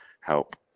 help